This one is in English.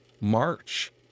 march